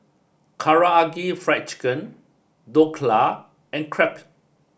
Karaage Fried Chicken Dhokla and Crepe